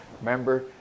Remember